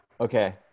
Okay